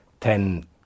Ten